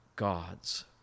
gods